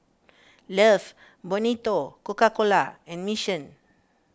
Love Bonito Coca Cola and Mission